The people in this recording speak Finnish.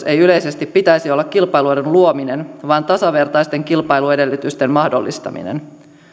ei yleisesti pitäisi olla kilpailuedun luominen vaan tasavertaisten kilpailuedellytysten mahdollistaminen